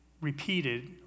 repeated